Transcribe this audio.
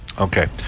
Okay